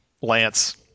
lance